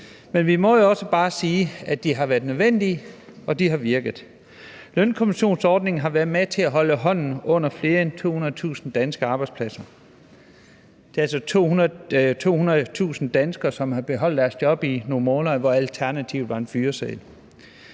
Men vi må jo også bare sige, at de har været nødvendige og de har virket. Lønkompensationsordningen har været med til at holde hånden under mere end 200.000 danske arbejdspladser. Der er altså 200.000 danskere, der har beholdt deres job i nogle måneder, hvor alternativet var en fyreseddel.